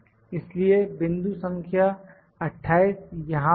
इसलिए बिंदु संख्या 28 यहां पर है